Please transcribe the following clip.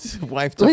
wife